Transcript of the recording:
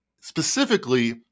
Specifically